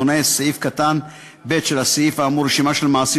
מונה סעיף קטן (ב) של הסעיף האמור רשימה של מעשים